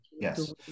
yes